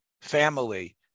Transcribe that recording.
family